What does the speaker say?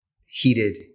heated